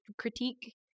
critique